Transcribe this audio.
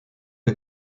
est